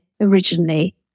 originally